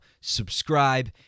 subscribe